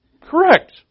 Correct